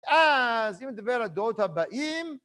אז אם נדבר על הדעות הבאים...